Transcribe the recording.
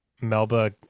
Melba